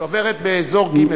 שעוברת באזור ג'.